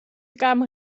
kamer